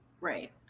Right